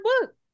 book